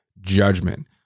Judgment